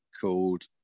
called